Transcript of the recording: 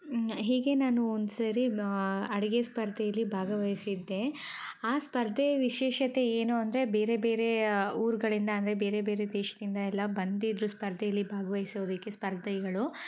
ಹೀಗೆ ನಾನು ಒಂದ್ಸರಿ ಅಡಿಗೆ ಸ್ಪರ್ಧೆಲಿ ಭಾಗವಹಿಸಿದ್ದೆ ಆ ಸ್ಪರ್ಧೆಯ ವಿಶೇಷತೆ ಏನು ಅಂದರೆ ಬೇರೆ ಬೇರೆ ಊರುಗಳಿಂದ ಅಂದರೆ ಬೇರೆ ಬೇರೆ ದೇಶದಿಂದ ಎಲ್ಲ ಬಂದಿದ್ದರು ಸ್ಪರ್ಧೆಲಿ ಭಾಗವಹಿಸೋದಕ್ಕೆ ಸ್ಪರ್ಧಿಗಳು